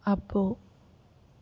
అబ్బో